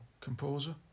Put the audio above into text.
composer